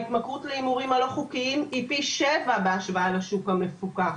ההתמכרות להימורים הלא חוקיים היא פי שבע בהשוואה לשוק המפוקח.